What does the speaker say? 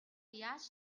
яаж